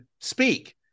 speak